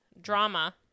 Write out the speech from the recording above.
Drama